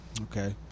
Okay